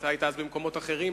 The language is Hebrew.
אתה היית אז במקומות אחרים,